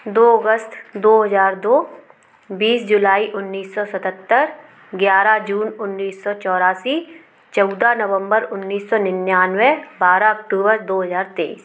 दो अगस्त दो हज़ार दो बीस जुलाई उन्नीस सौ सतहत्तर ग्यारह जून उन्नीस सौ चौरासी चौदह नवम्बर उन्नीस सौ निन्यानवे बारह अक्टूबर दो हज़ार तेईस